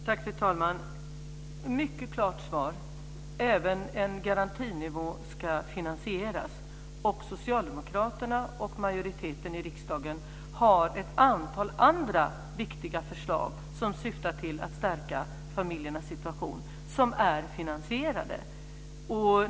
Fru talman! Jag kan ge ett mycket klart svar: Även en garantinivå ska finansieras. Socialdemokraterna och majoriteten i riksdagen har ett antal andra viktiga förslag som syftar till att stärka familjernas situation och som är finansierade.